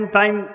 time